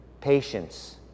patience